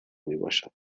میباشد